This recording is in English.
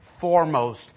foremost